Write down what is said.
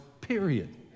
period